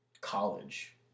college